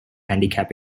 handicap